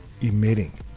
emitting